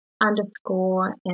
underscore